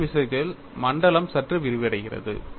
Irwin விஷயத்தில் மண்டலம் சற்று விரிவடைகிறது